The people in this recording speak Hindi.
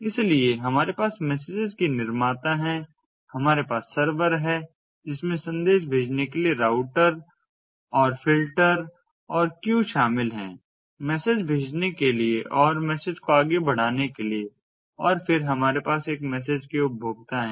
इसलिए हमारे पास मैसेजेस के निर्माता हैं हमारे पास सर्वर है जिसमें संदेश भेजने के लिए राउटर और फिल्टर और क्यू शामिल हैं मैसेज भेजने के लिए और मैसेज को आगे बढ़ाने के लिए हैं और फिर हमारे पास मैसेज के उपभोक्ता हैं